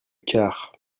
quart